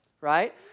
right